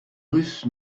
russes